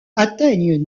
atteignent